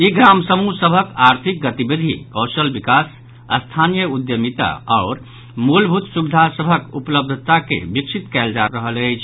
ई ग्राम समूह सभक आर्थिक गतिविधि कौशल विकास स्थानीय उद्यमिता आओर मूलभूत सुविधा सभक उपलबधता के विकसित कयल जा रहल अछि